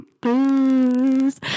Booze